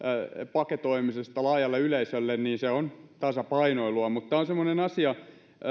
paketoimisesta laajalle yleisölle se on tasapainoilua mutta tämä on semmoinen asia